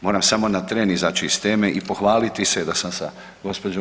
Moram samo na tren izaći iz teme i pohvaliti se da sam gđo.